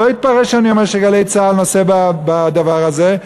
שלא יתפרש שאני אומר ש"גלי צה"ל" נושא בדבר הזה,